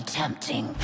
tempting